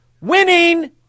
Winning